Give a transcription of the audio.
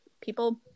people